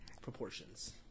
proportions